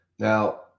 Now